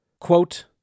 Quote